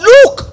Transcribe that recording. Look